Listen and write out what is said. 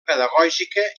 pedagògica